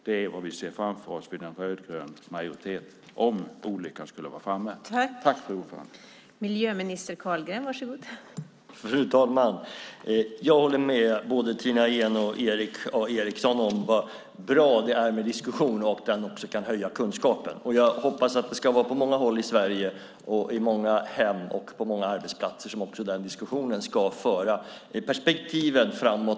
Det är vad vi ser framför oss om olyckan skulle vara framme och det blir en rödgrön majoritet.